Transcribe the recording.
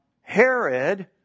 Herod